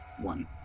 one